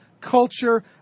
culture